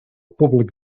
públic